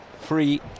free